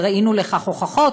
וראינו לכך הוכחות,